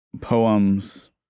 poems